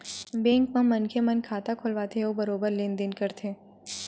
bank म मनखे मन खाता खोलवाथे अउ बरोबर लेन देन करथे